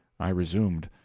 i resumed.